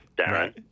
Darren